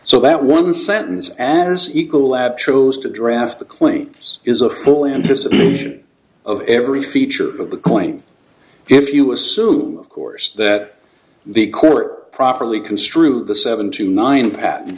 so that one sentence as equal lab chose to draft the claims is a full anticipation of every feature of the coin if you assume of course that the court properly construed the seven to nine pat